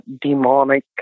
Demonic